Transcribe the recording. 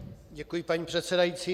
Děkuji, paní předsedající.